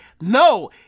No